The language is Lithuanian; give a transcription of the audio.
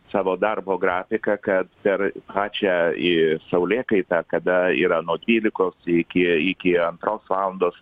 savo darbo grafiką kad per pačią į saulėkaitą kada yra nuo dvylikos iki iki antros valandos